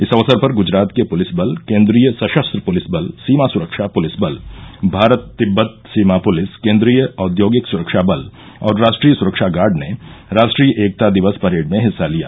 इस अवसर पर गुजरात के पुलिस बल केन्द्रीय सशस्त्र पुलिस बल सीमा सुरक्षा पुलिस बल भारत तिब्बत सीमा पुलिस केन्द्रीय औद्योगिक सुरक्षा बल और राष्ट्रीय सुरक्षा गार्ड ने राष्ट्रीय एकता दिवस परेड में हिस्सा लिया